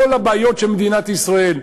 כל הבעיות של מדינת ישראל,